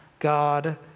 God